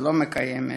ולא מקיימת.